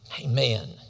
Amen